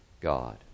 God